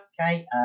okay